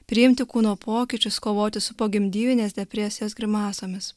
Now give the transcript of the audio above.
priimti kūno pokyčius kovoti su pogimdyminės depresijos grimasomis